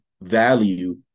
value